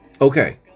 Okay